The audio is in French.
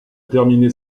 terminé